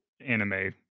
anime